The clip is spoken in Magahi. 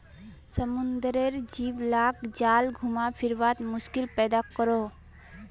समुद्रेर जीव लाक जाल घुमा फिरवात मुश्किल पैदा करोह